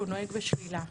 כשהוא נוהג בשלילה,